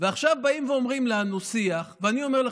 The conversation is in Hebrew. ועכשיו באים ואומרים לנו: שיח.